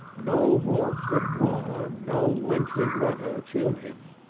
no warmth could warm, no wintry weather chill him.